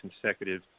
consecutive